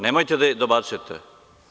Nemojte da dobacujete.